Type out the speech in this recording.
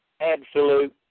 absolute